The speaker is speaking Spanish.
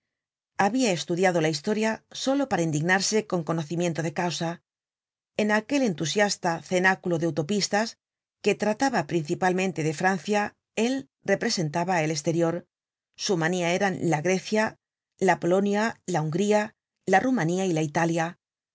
habia estudiado la historia solo para indignarse con conocimiento de causa en aquel entusiasta cenáculo de utopistas que trataba principalmente de francia él representaba el esterior su manía eran la grecia la polonia la hungría la rumania y la italia